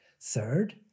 Third